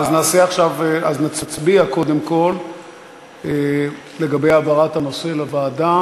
אז נצביע קודם כול לגבי העברת הנושא לוועדה